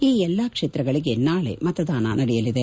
ಈ ಎಲ್ಲಾ ಕ್ಷೇತ್ರಗಳಿಗೆ ನಾಳೆ ಮತದಾನ ನಡೆಯಲಿದೆ